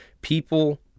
People